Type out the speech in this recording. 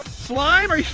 slime? are